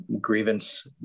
grievance